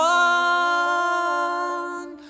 one